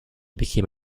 became